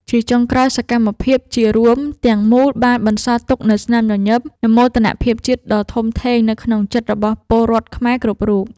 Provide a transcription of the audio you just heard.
ជាចុងក្រោយ សកម្មភាពជារួមទាំងមូលបានបន្សល់ទុកនូវស្នាមញញឹម និងមោទនភាពជាតិដ៏ធំធេងនៅក្នុងចិត្តរបស់ពលរដ្ឋខ្មែរគ្រប់រូប។